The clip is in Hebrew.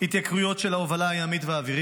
התייקרויות של ההובלה הימית והאווירית,